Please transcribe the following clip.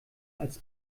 als